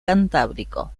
cantábrico